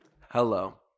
Hello